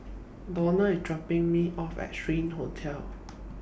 Donna IS dropping Me off At Strand Hotel